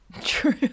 True